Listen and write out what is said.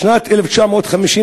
בשנת 1953,